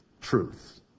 truth